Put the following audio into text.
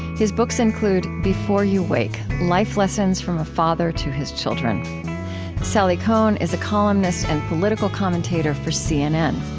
his books include before you wake life lessons from a father to his children sally kohn is a columnist and political commentator for cnn.